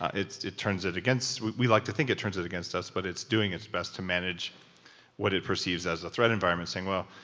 it turns it against. we like to think it turns it against us, but it's doing its best to manage what it perceives as a threat environment, saying, well,